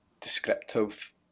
descriptive